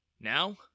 Now